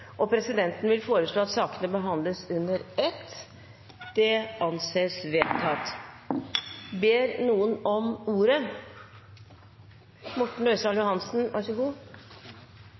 og presidenten vil foreslå at sakene behandles under ett. – Det anses vedtatt.